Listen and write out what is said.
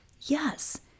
Yes